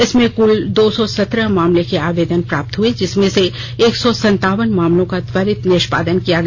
इसमें कुल दो सौ सत्रह मामले के आवेदन प्राप्त हुए जिसमें से एक सौ संतावन मामलों का त्वरित निष्पादन किया गया